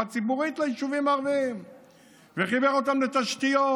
הציבורית ליישובים הערביים וחיבר אותם לתשתיות,